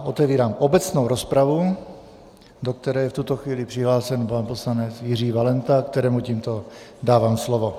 Otevírám obecnou rozpravu, do které je v tuto chvíli přihlášen pan poslanec Jiří Valenta, kterému tímto dávám slovo.